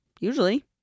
usually